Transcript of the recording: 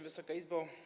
Wysoka Izbo!